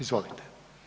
Izvolite.